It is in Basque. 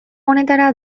honetara